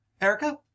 Erica